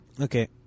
Okay